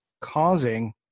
causing